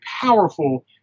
powerful